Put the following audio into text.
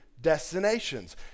destinations